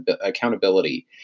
accountability